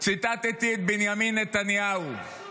ציטטתי את בנימין נתניהו.